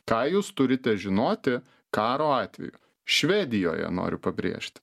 ką jūs turite žinoti karo atveju švedijoje noriu pabrėžti